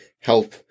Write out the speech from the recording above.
help